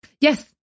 Yes